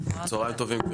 טובים.